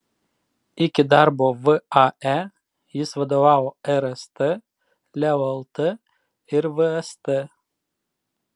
iki darbo vae jis vadovavo rst leo lt ir vst